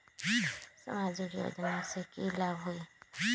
सामाजिक योजना से की की लाभ होई?